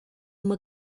uma